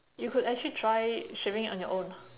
you could actually try shaving it on your own